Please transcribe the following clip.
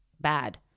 bad